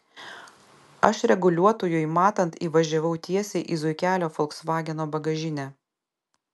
aš reguliuotojui matant įvažiavau tiesiai į zuikelio folksvageno bagažinę